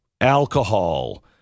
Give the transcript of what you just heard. alcohol